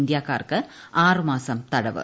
ഇന്ത്യയ്ക്കാർക്ക് ആറുമാസം തടവ്